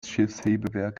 schiffshebewerk